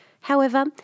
However